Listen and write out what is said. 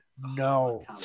No